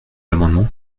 l’amendement